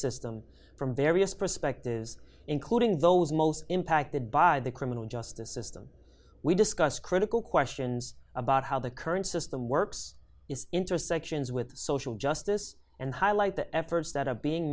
system from various perspectives including those most impacted by the criminal justice system we discussed critical questions about how the current system works is intersections with social justice and highlight the efforts that are being